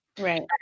right